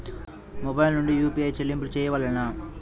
Mobile నుండే UPI చెల్లింపులు చేయవలెనా?